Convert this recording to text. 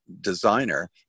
designer